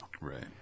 Right